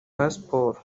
pasiporo